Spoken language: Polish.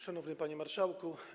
Szanowny Panie Marszałku!